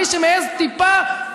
מי שמעז טיפה,